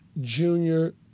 junior